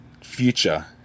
future